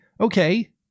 Okay